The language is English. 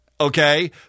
okay